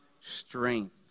strength